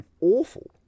awful